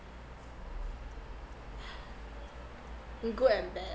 mm good and bad